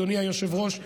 אדוני היושב-ראש,